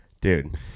dude